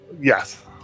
yes